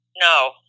No